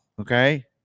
Okay